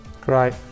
Great